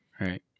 Right